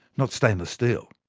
not stainless steel.